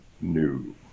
New